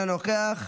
אינו נוכח,